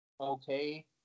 okay